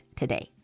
today